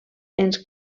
ens